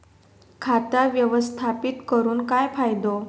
खाता व्यवस्थापित करून काय फायदो?